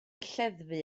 lleddfu